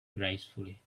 gracefully